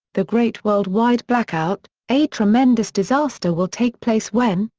the great worldwide blackout a tremendous disaster will take place when,